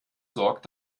sorgt